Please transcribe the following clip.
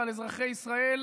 ועל אזרחי ישראל,